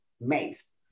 Mace